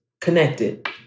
connected